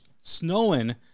snowing